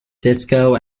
disco